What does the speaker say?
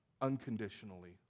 unconditionally